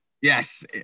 yes